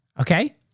Okay